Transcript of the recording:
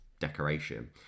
decoration